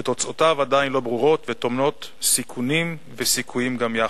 שתוצאותיו עדיין לא ברורות וטמונים בו סיכונים וסיכויים גם יחד.